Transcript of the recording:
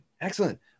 Excellent